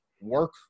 work